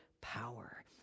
power